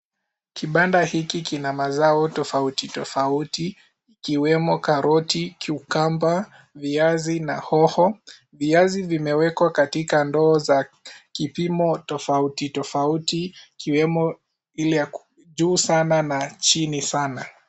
Kibanda hiki kina mazao tofauti tofauti kiwemo karoti,(CS)cucumber(CS),viazi na hoho. Viazi vimewekwa katika ndoo za kipimo tofauti tofauti kiwemo ile iko juu sana na chini sana.